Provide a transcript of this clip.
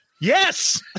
yes